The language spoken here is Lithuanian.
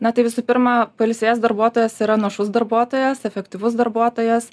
na tai visų pirma pailsėjęs darbuotojas yra našus darbuotojas efektyvus darbuotojas